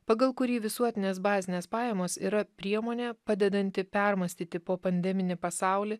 pagal kurį visuotinės bazinės pajamos yra priemonė padedanti permąstyti popandeninį pasaulį